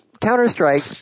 Counter-Strike